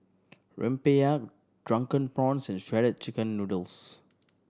rempeyek Drunken Prawns and Shredded Chicken Noodles